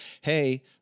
hey